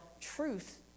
truth